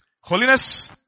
holiness